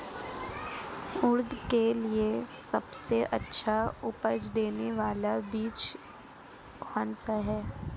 उड़द के लिए सबसे अच्छा उपज देने वाला बीज कौनसा है?